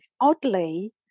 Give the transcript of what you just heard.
oddly